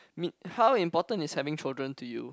me how important is having children to you